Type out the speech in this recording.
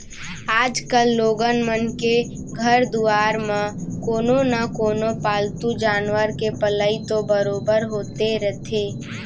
आजकाल लोगन मन के घर दुवार म कोनो न कोनो पालतू जानवर के पलई तो बरोबर होते रथे